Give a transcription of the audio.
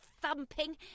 thumping